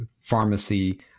pharmacy